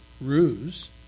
ruse